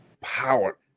power